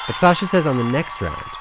but sasha says on the next round,